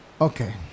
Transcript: Okay